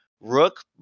rook